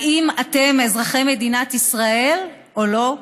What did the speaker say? האם אתם אזרחי מדינת ישראל או לא?